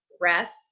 rest